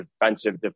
defensive